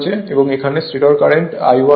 এবং এখানে stator current I1 হয়